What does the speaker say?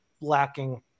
lacking